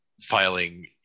filing